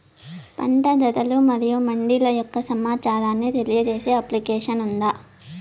పంట ధరలు మరియు మండీల యొక్క సమాచారాన్ని తెలియజేసే అప్లికేషన్ ఉందా?